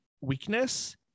weakness